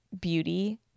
beauty